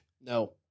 No